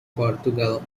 portugal